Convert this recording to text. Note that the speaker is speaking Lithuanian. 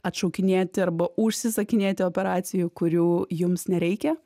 atšaukinėti arba užsisakinėti operacijų kurių jums nereikia